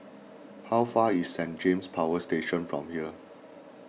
how far is Saint James Power Station from here